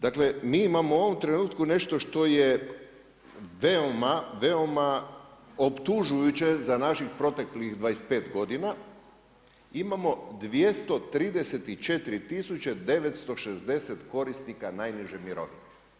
Dakle mi imamo u ovom trenutku nešto što je veoma, veoma optužujuće za naših proteklih 25 godina, imamo 234 tisuće 960 korisnika najniže mirovine.